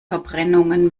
verbrennungen